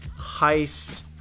heist